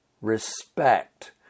respect